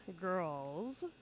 girls